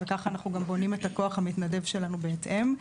וככה אנחנו גם בונים את הכוח המתנדב שלנו בהתאם.